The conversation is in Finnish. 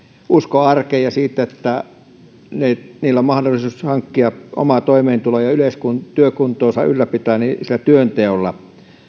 usko arkeen ja siihen että heillä on mahdollisuus hankkia oma toimeentulo ja työkuntoansa ylläpitää sillä työnteolla